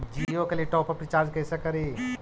जियो के लिए top up recharge कैसे करी?